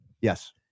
Yes